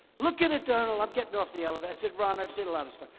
look at it, donald. i'm getting off the elevator. i said, ron, i've seen a lot of stone.